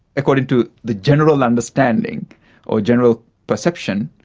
according to the general understanding or general perception,